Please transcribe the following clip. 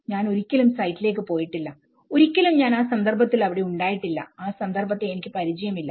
ഞാൻ ഒരിക്കലും സൈറ്റിലേക്ക് പോയിട്ടില്ല ഒരിക്കലും ഞാൻ ആ സന്ദർഭത്തിൽ അവിടെ ഉണ്ടായിട്ടില്ലആ സന്ദർഭത്തെ എനിക്ക് പരിചയമില്ല